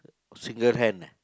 single hand ah